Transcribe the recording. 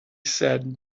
said